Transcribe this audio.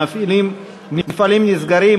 מפעלים נסגרים,